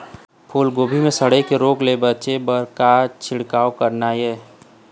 फूलगोभी म सड़े के रोग ले बचे बर का के छींचे करना ये?